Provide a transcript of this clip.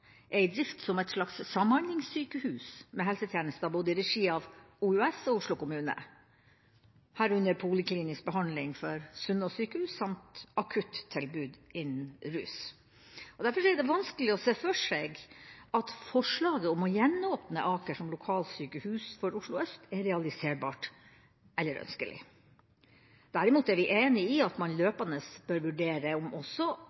er i drift som et samhandlingssykehus, med helsetjenester både i regi av OUS og Oslo kommune, herunder poliklinisk behandling for Sunnaas sykehus samt akuttilbud innen rus. Derfor er det vanskelig å se for seg at forslaget om å gjenåpne Aker som lokalsykehus for Oslo øst er realiserbart eller ønskelig. Derimot er vi enig i at man løpende bør vurdere om